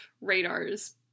radars